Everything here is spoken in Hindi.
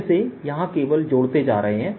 हम इसे यहां केवल जोड़ते जा रहे हैं